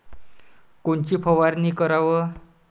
कोनची फवारणी कराव?